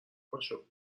پاشو